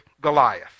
Goliath